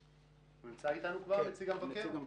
הוא נמצא איתנו כבר, נציג המבקר?